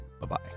Bye-bye